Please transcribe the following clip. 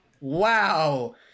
wow